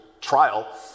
trial